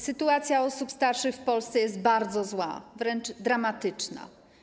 Sytuacja osób starszych w Polsce jest bardzo zła, wręcz dramatyczna.